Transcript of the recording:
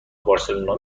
بارسلونا